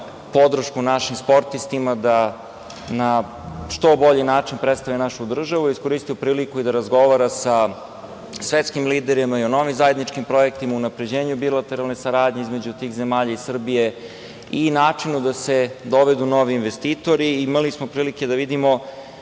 podršku našim sportistima da na što bolji način predstavlja našu državu iskoristio priliku i da razgovara sa svetskim liderima i o novim zajedničkim projektima, unapređenju bilateralne saradnje između tih zemalja i Srbije i načinu da se dovedu novi investitori. Imali smo prilike da vidimo,